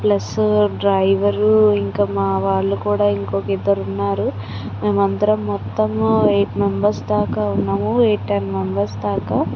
plus driver ఇంక మా వాళ్ళు కూడా ఇంకొక ఇద్దరు ఉన్నారు మేం అందరం మొత్తము ఎయిట్ మెంబెర్స్ దాక ఉన్నాము ఎయిట్ టెన్ మెంబెర్స్ దాకా